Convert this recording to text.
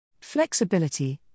Flexibility